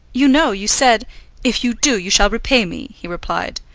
you know, you said if you do, you shall repay me, he replied.